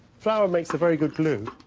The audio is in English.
flour makes a very good glue,